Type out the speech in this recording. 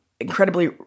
incredibly